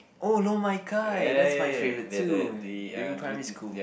oh lor-mai-kai that's my favorite too during primary school